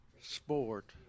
sport